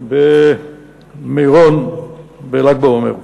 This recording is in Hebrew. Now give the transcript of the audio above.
במירון בל"ג בעומר.